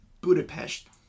Budapest